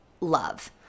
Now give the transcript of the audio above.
love